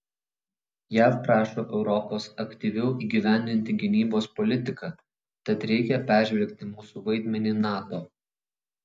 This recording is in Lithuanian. jav prašo europos aktyviau įgyvendinti gynybos politiką tad reikia peržvelgti mūsų vaidmenį nato